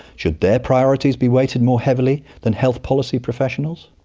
should their priorities be weighted more heavily than health policy professionals?